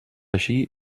així